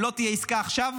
אם לא תהיה עסקה עכשיו,